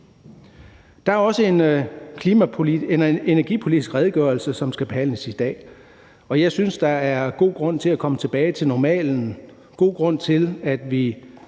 Der er også en energipolitisk redegørelse, som behandles i dag, og jeg synes, der er god grund til at komme tilbage til normalen. Der er god grund til, at vi